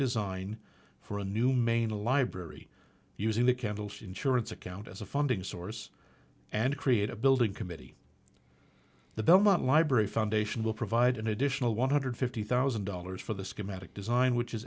design for a new main library using the candles insurance account as a funding source and create a building committee the belmont library foundation will provide an additional one hundred fifty thousand dollars for the schematic design which is